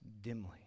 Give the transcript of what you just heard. dimly